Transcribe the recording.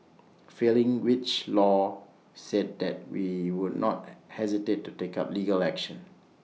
failing which law said that we would not hesitate to take up legal action